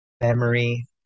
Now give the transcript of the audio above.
memory